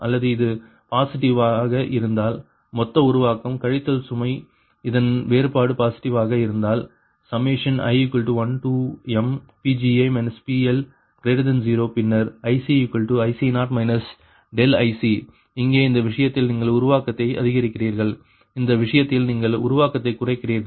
அல்லது இது பாசிட்டிவாக இருந்தால் மொத்த உருவாக்கம் கழித்தல் சுமை இதன் வேறுபாடு பாசிட்டிவாக இருந்தால் i1mPgi PL0 பின்னர் ICIC0 IC இங்கே இந்த விஷயத்தில் நீங்கள் உருவாக்கத்தை அதிகரிக்கிறீர்கள் இந்த விஷயத்தில் நீங்கள் உருவாக்கத்தை குறைக்கிறீர்கள்